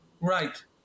right